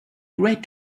great